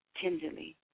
tenderly